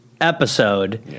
episode